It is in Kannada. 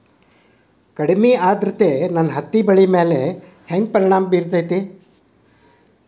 ಕಡಮಿ ಆದ್ರತೆ ನನ್ನ ಹತ್ತಿ ಬೆಳಿ ಮ್ಯಾಲ್ ಹೆಂಗ್ ಪರಿಣಾಮ ಬಿರತೇತಿ?